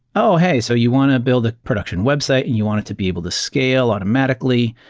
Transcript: oh! hey! so you want to build a production website and you want it to be able to scale automatically.